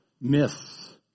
myths